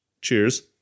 Cheers